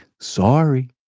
Sorry